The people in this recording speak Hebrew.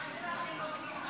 תודה רבה.